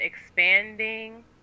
expanding